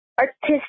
artistic